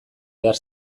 behar